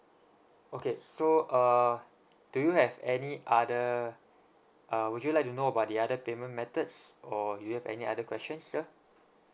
okay so err do you have any other uh would you like to know about the other payment methods or do you have any other questions sir